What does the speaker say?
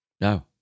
No